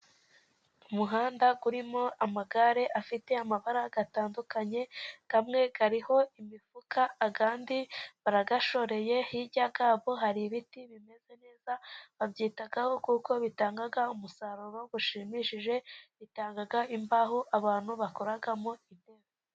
Umuhanda urimo amagare afite amabara atandukanye, amwe ariho imifuka, andi barayashoreye, hirya yabo hari ibiti bimeze neza, babyitaho kuko bitanga umusaruro ushimishije, bitanga imbaho abantu bakoramo intebe.